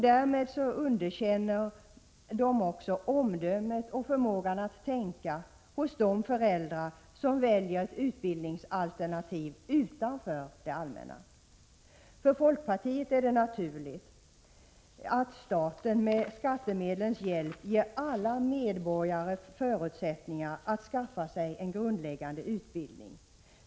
Därmed underkänner socialdemokraterna också omdömet och förmågan att tänka hos de föräldrar som väljer ett utbildningsalternativ utanför det allmänna. För folkpartiet är det naturligt att staten med skattemedlens hjälp ger alla medborgare förutsättningar att skaffa sig en grundläggande utbildning.